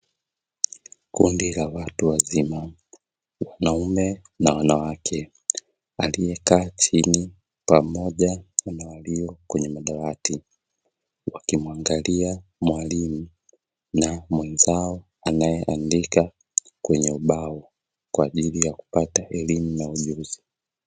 Kundi la watu wazima wanaume na wanawake, aliyekaa chini pamoja mwalimu naye mwenzao anayeandika kwenye ubao kwa ajili ya kupata elimu na kujifunza